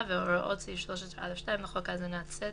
והוראות סעיף 13(א)(2) לחוק האזנת סתר,